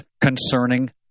concerning